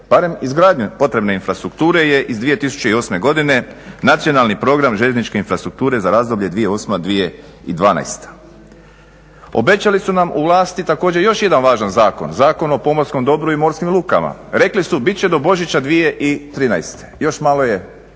barem izgradnju potrebne infrastrukture je iz 2008. godine, Nacionalni program željezničke infrastrukture za razdoblje 2008.-2012. Obećali su nam u vlasti također još jedan važan zakon, Zakon o pomorskom dobru i morskim lukama. Rekli su bit će do Božića 2013., još malo je